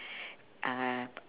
uh